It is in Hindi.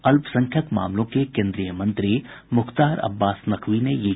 अल्पसंख्यक मामलों के केन्द्रीय मंत्री मुख्तार अब्बास नकवी ने ये जानकारी दी